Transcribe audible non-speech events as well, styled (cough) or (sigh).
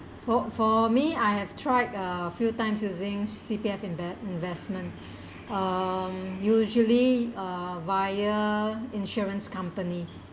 for for me I have tried uh few times using C_P_F in the investment (breath) um usually uh via insurance company